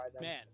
man